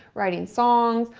writing songs,